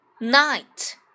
night